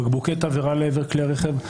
בקבוקי תבערה לעבר כלי רכב,